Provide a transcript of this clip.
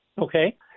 Okay